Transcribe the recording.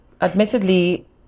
admittedly